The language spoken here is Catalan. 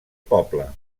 poble